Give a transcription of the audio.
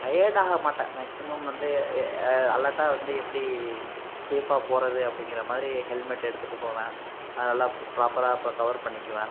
tired ஆக மாட்டேன் maximum வந்து ஏ அலர்ட்டாக வந்து எப்படி சேஃபாக போது அப்படிங்கிற மாதிரி ஹெல்மெட் எடுத்துகிட்டுப் போவேன் அது நல்லா ப் ப்ராப்பராக இப்போ கவர் பண்ணிக்குவேன்